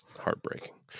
Heartbreaking